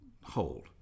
hold